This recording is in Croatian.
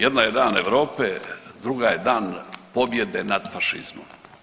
Jedna je Dan Europe, druga je Dan pobjede nad fašizmom.